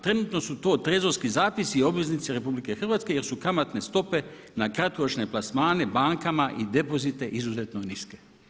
Trenutno su to trezorski zapisi i obveznice RH jer su kamatne stope na kratkoročne plasmane bankama i depozite izuzeto niske.